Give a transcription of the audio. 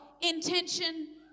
Intention